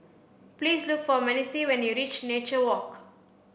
please look for Malissie when you reach Nature Walk